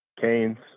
Canes